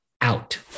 out